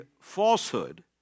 falsehood